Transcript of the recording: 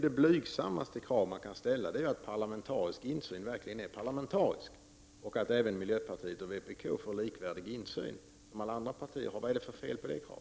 Det blygsammaste krav som man kan ställa är att parlamentarisk insyn verkligen skall vara parlamentarisk och att även miljöpartiet och vpk får en med andra partier likvärdig insyn. Vad är det för fel på detta krav?